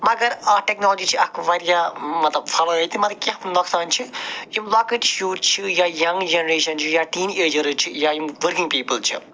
مگر اَتھ ٹیکنالجی چھِ اَکھ واریاہ مطلب فوٲیِد تہِ مطلب کیٚنہہ نۄقصان چھِ یِم لۄکٕٹۍ شُرۍ چھِ یا یَنٛگ جَنریشَن چھِ یا ٹیٖن اٮ۪جٲرٕز چھِ یا یِم ؤرکِنٛگ پیٖپٕل چھِ